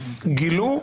גילו,